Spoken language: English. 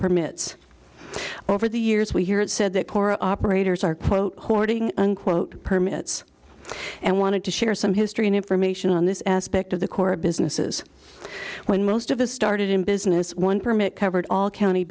permits over the years we hear it said that core operators are quote hoarding unquote permits and wanted to share some history and information on this aspect of the core businesses when most of us started in business one permit covered all county